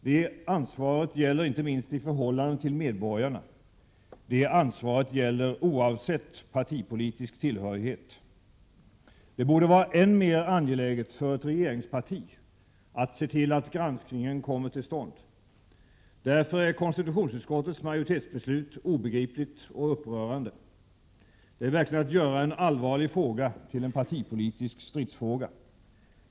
Det ansvaret gäller inte minst i förhållande till medborgarna. Det ansvaret gäller oavsett partipolitisk tillhörighet. Det borde vara än mer angeläget för ett regeringsparti att se till att granskningen kommer till stånd. Därför är konstitutionsutskottets majoritetsbeslut obegripligt och upprörande. Det är verkligen att göra en allvarlig fråga till en partipolitisk stridsfråga.